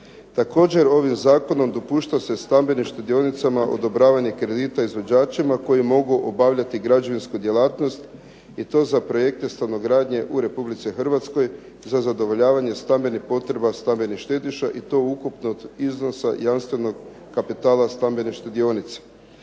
Također ovim zakonom dopušta se stambenim štedionicama odobravanje kredita izvođačima koji mogu obavljati građevinsku djelatnost i to za projekte stanogradnje u Republici Hrvatskoj za zadovoljavanje stambenih potreba stambenih štediša i to ukupnog iznosa jamstvenog kapitala stambene štedionice.